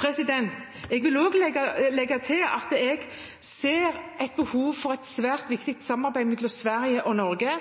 Jeg vil legge til at jeg ser et behov for et svært viktig samarbeid mellom Sverige og Norge